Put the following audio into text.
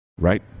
Right